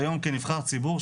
היום כנבחר ציבור,